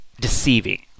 Deceiving